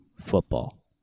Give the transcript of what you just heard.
football